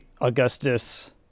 Augustus